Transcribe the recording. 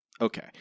okay